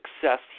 success